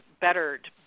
bettered